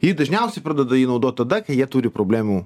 jį dažniausiai pradeda jį naudot tada kai jie turi problemų